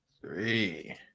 three